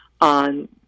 on